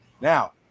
Now